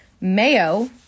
Mayo